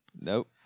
Nope